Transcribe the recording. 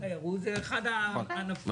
התיירות זה אחד הענפים שאנשים בו ירעבו ללחם.